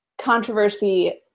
controversy